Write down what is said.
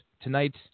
tonight